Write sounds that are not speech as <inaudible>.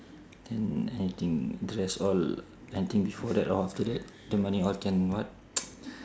then anything dress all I think before that or after that the money all can what <noise>